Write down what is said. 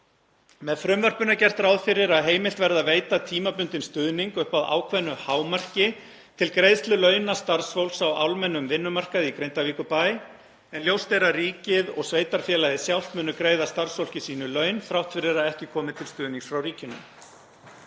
Með frumvarpinu er gert ráð fyrir að heimilt verði að veita tímabundinn stuðning upp að ákveðnu hámarki til greiðslu launa starfsfólks á almennum vinnumarkaði í Grindavíkurbæ en ljóst er að ríkið og sveitarfélagið sjálft munu greiða starfsfólki sínu laun þrátt fyrir að ekki komi til stuðnings frá ríkinu.